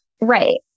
Right